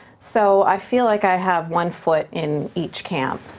so i feel like i have one foot in each camp.